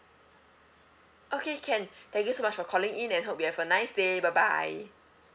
okay can thank you so much for calling in and hope you have a nice day bye bye